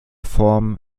form